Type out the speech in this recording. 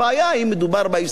האם מדובר בהסתדרות,